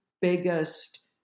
biggest